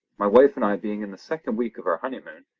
my wife and i being in the second week of our honeymoon,